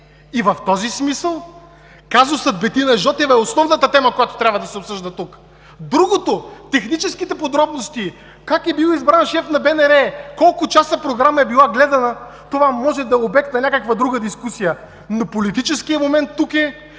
В този смисъл казусът Бетина Жотева е основната тема, която трябва да се обсъжда тук. Другото, техническите подробности – как е бил избран шеф на БНР, колко часа програма е била гледана – това може да е обект на някаква друга дискусия, но политическият момент тук е,